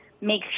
make